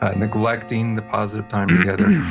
ah neglecting the positive time together,